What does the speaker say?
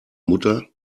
mutter